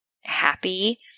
happy